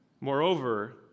Moreover